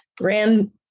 ran